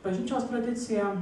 bažnyčios tradicija